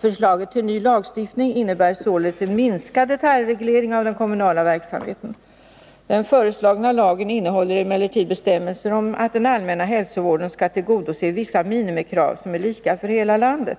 Förslaget till ny lagstiftning innebär således en minskad detaljreglering av den kommunala verksamheten. Den föreslagna lagen innehåller emellertid bestämmelser om att den allmänna hälsovården skall tillgodose vissa minimikrav som är lika för hela landet.